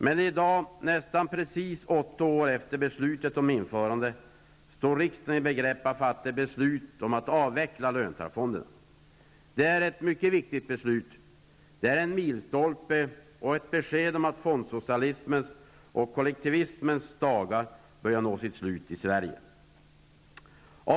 Men i dag, nästan precis åtta år efter beslutet om införandet, står riksdagen i begrepp att fatta beslut om att avveckla löntagarfonderna. Det är ett mycket viktigt beslut. Det är en milstolpe och ett besked om att fondsocialismens och kollektivismens dagar är över i Sverige.